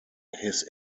his